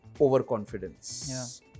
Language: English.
Overconfidence